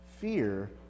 Fear